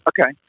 Okay